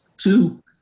two